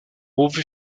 houve